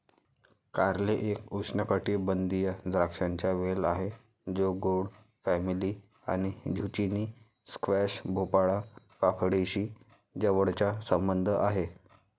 कारले एक उष्णकटिबंधीय द्राक्षांचा वेल आहे जो गोड फॅमिली आणि झुचिनी, स्क्वॅश, भोपळा, काकडीशी जवळचा संबंध आहे